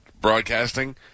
broadcasting